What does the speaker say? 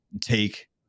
take